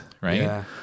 right